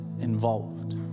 involved